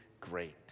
great